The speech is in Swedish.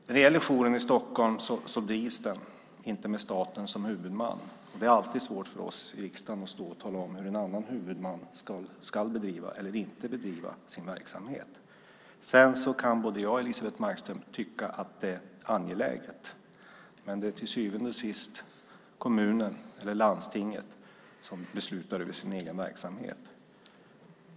När det gäller jouren i Stockholm drivs den inte med staten som huvudman, och det är alltid svårt för oss i riksdagen att stå och tala om hur en annan huvudman ska bedriva eller inte bedriva sin verksamhet. Sedan kan både jag och Elisebeht Markström tycka att det är angeläget, men det är till syvende och sist kommunen eller landstinget som beslutar över sin egen verksamhet.